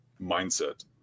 mindset